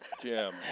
Jim